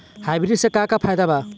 Hybrid से का का फायदा बा?